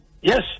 yes